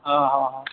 ଓ ହଁ ହଁ